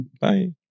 Bye